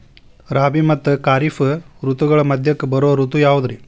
ರಾಬಿ ಮತ್ತ ಖಾರಿಫ್ ಋತುಗಳ ಮಧ್ಯಕ್ಕ ಬರೋ ಋತು ಯಾವುದ್ರೇ?